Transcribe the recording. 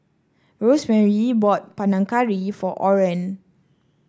Rosemarie bought Panang Curry for Oren